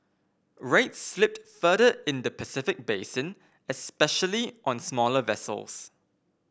rates slipped further in the Pacific basin especially on smaller vessels